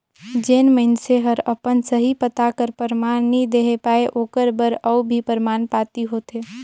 जेन मइनसे हर अपन सही पता कर परमान नी देहे पाए ओकर बर अउ भी परमान पाती होथे